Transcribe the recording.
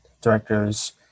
directors